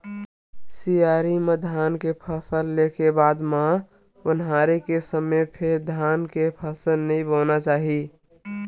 सियारी म धान के फसल ले के बाद म ओन्हारी के समे फेर धान के फसल नइ बोना चाही